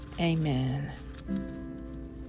Amen